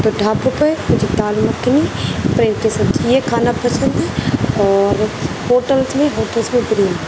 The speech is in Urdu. تو ڈھابے پہ مجھے دال مکھنی پنیر کی سبزی یہ کھانا پسند ہے اور ہوٹلس میں ہوٹلس کی بریانی